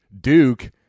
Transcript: Duke